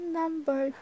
number